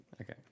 Okay